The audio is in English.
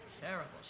Terrible